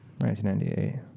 1998